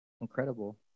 incredible